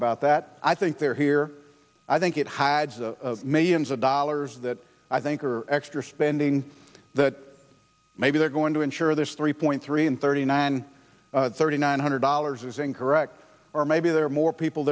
about that i think they're here i think it hides millions of dollars that i think are extra spending that maybe they're going to ensure there's re point three and thirty nine thirty nine hundred dollars is incorrect or maybe there are more people